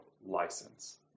license